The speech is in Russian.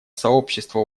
сообщества